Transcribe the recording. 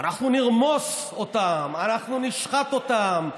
אנחנו נרמוס אותם, אנחנו נשחט אותם,